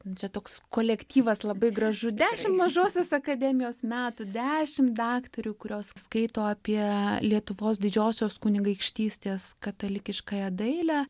čia toks kolektyvas labai gražu dešimt mažosios akademijos metų dešimt daktarių kurios skaito apie lietuvos didžiosios kunigaikštystės katalikiškąją dailę